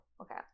Okay